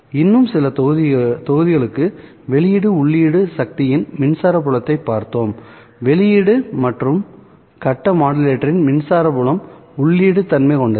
இன்னும் சில தொகுதிகளுக்கு வெளியீட்டு உள்ளீட்டு சக்தியின் மின்சார புலத்தைப் பார்த்தோம் வெளியீடு மற்றும் கட்ட மாடுலேட்டரின் மின்சார புலம் உள்ளீட்டு தன்மை கொண்டது